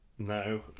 No